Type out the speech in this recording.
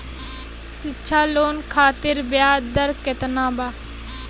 शिक्षा लोन खातिर ब्याज दर केतना बा?